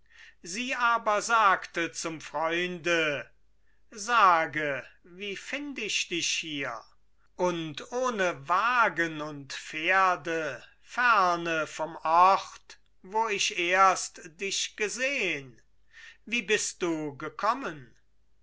sie aber sagte zum freunde sage wie find ich dich hier und ohne wagen und pferde ferne vom ort wo ich erst dich gesehn wie bist du gekommen